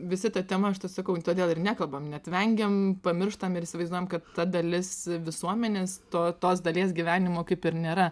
visi ta tema sakau todėl ir nekalbam net vengiam pamirštam ir įsivaizduojam kad ta dalis visuomenės to tos dalies gyvenimo kaip ir nėra